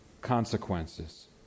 consequences